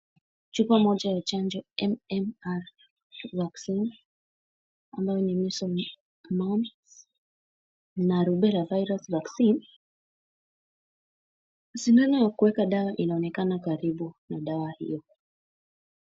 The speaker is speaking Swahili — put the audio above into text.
Chupa Moja la chanjo MMR vaccine ambayo ni measles mumps [vs] na rubela virus vaccine ,sindano ya kuwaka dawa inaonekana karibu na dawa hiyo.